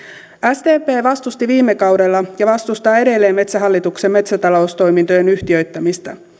sdp vastusti viime kaudella ja vastustaa edelleen metsähallituksen metsätaloustoimintojen yhtiöittämistä